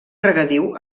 regadiu